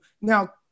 Now